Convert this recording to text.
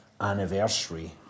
anniversary